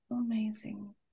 Amazing